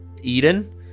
Eden